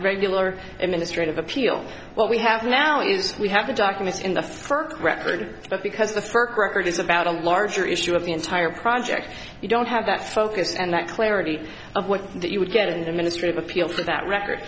regular administrative appeal what we have now is we have the documents in the first record but because the first record is about a larger issue of the entire project we don't have that focus and that clarity of what you would get in the ministry of appeal for that record